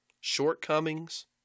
shortcomings